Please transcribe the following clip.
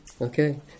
Okay